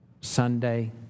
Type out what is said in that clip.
Sunday